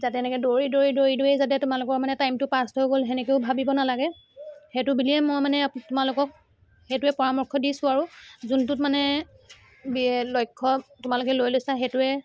যাতে এনেকৈ দৌৰি দৌৰি দৌৰি দৌৰিয়ে যাতে তোমালোকৰ মানে টাইমটো পাছ হৈ গ'ল তেনেকেও ভাবিব নালাগে সেইটো বুলিয়ে মই মানে তোমালোকক সেইটোৱে পৰামৰ্শ দিছো আৰু যোনটোত মানে লক্ষ্য তোমালোকে লৈ লৈছা সেইটোৱে